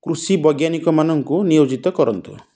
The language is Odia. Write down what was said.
କୃଷି ବୈଜ୍ଞାନିକମାନଙ୍କୁ ନିୟୋଜିତ କରନ୍ତୁ